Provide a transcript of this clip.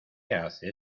hace